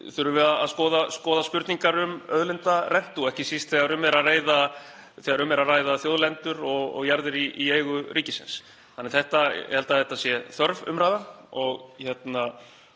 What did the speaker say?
þurfum við líka að skoða spurningar um auðlindarentu og ekki síst þegar um er að ræða þjóðlendur og jarðir í eigu ríkisins. Ég held að þetta sé þörf umræða og ég